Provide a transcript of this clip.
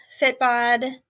Fitbod